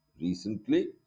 recently